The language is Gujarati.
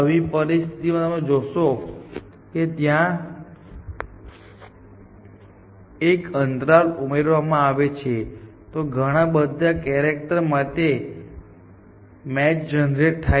પરંતુ આવી સ્થિતિમાં તમે જોશો કે ત્યાં એક અંતર ઉમેરવામાં આવે છે તો ઘણા બધા કેરેક્ટર માટે મેચ જનરેટ થાય છે